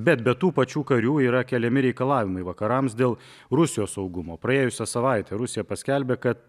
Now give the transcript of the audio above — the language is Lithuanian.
bet be tų pačių karių yra keliami reikalavimai vakarams dėl rusijos saugumo praėjusią savaitę rusija paskelbė kad